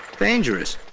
dangerous.